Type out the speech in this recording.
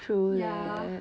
ya